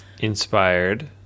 Inspired